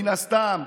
מן הסתם,